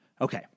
Okay